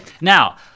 now